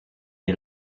est